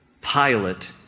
Pilate